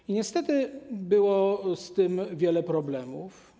I niestety było z tym wiele problemów.